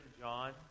John